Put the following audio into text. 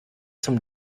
zum